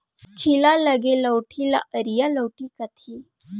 खीला लगे लउठी ल अरिया लउठी कथें